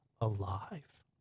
alive